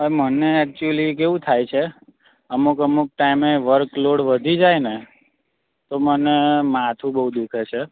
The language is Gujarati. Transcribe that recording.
હવે મને એકચ્યુલી કેવું થાય છે અમુક અમુક ટાઇમે વર્કલોડ વધી જાય ને તો મને માથું બહુ દુઃખે છે